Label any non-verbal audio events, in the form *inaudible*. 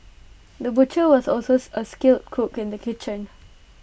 the butcher was also *unintelligible* A skilled cook in the kitchen